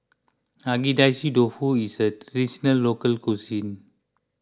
Agedashi Dofu is a Traditional Local Cuisine